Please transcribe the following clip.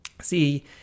see